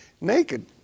naked